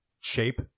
shape